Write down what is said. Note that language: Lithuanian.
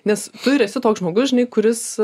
nes tu ir esi toks žmogus žinai kuris